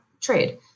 trade